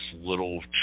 little